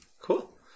Cool